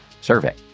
survey